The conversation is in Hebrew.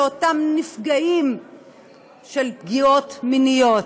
לנפגעים פגיעות מיניות?